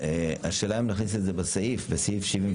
השאלה אם להכניס את זה בסעיף 74(ב)(3),